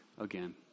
again